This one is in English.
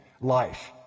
life